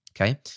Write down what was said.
Okay